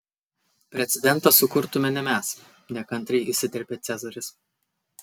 precedentą sukurtume ne mes nekantriai įsiterpė cezaris